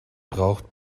braucht